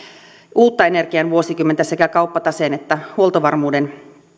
uutta energian vuosikymmentä sekä kauppataseen että huoltovarmuuden